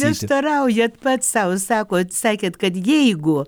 prieštaraujat pats sau sakot sakėt kad jeigu